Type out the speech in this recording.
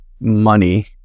money